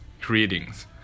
Greetings